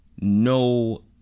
No